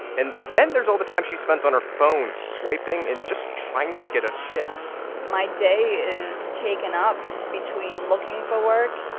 and then there's all the time she spends on her phone swiping and just trying to get a shift my day is taken up between looking for work,